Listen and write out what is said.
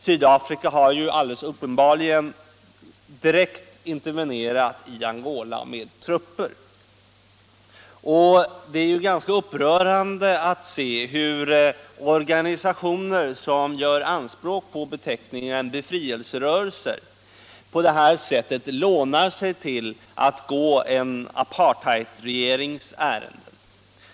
Sydafrika har ju uppenbarligen direkt intervenerat i Angola med = Nr 32 trupper. Det är ganska upprörande att se hur organisationer som gör anspråk på beteckningen befrielserörelser på detta sätt lånar sig till att gå en apartheidregerings ärenden.